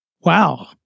Wow